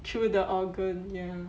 through the organ ya